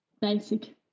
basic